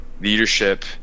leadership